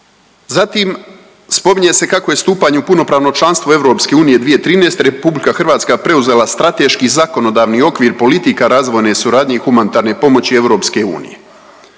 Zatim spominje se kako je stupanjem u punopravno članstvo EU 2013. RH preuzela strateški zakonodavni okvir politika razvojne suradnje i humanitarne pomoći EU.